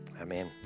amen